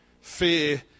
fear